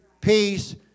peace